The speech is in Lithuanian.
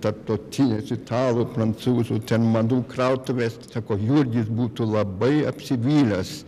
tarptautinės italų prancūzų ten madų krautuvės sako jurgis būtų labai apsivylęs